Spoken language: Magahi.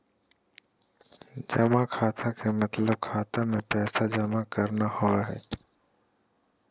जमा खाता के मतलब खाता मे पैसा जमा करना होवो हय